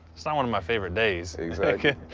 so one of my favorite days exactly.